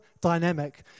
dynamic